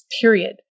period